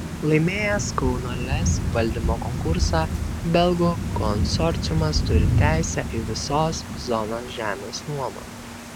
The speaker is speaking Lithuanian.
laimėjęs kauno lez valdymo konkursą belgų konsorciumas turi teisę į visos zonos žemės nuomą